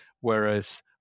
whereas